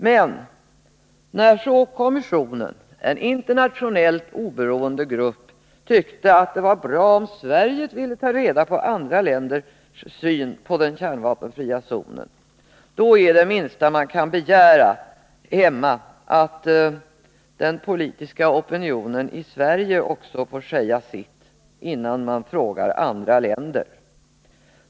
Men, när så kommissionen — en internationellt oberoende grupp — tyckte att det vore bra om Sverige ville ta reda på andra länders syn på den kärnvapenfria zonen, var det minsta vi här hemma kunde begära att den politiska opinionen i Sverige också skulle få säga sitt, innan man frågade andra länder.